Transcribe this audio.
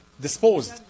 disposed